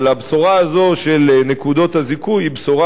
אבל הבשורה הזאת של נקודות הזיכוי היא בשורה